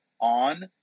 on